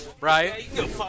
right